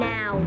Now